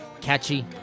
Catchy